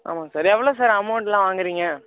ஆமாம் சார் எவ்வளோ சார் அமௌன்ட்லாம் வாங்குறீங்க